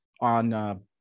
on –